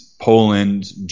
Poland